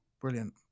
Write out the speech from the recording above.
brilliant